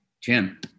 Jim